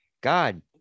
God